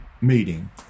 meeting